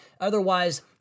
Otherwise